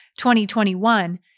2021